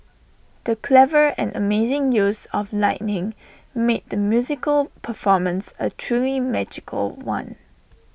the clever and amazing use of lighting made the musical performance A truly magical one